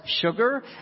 sugar